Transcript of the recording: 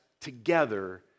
together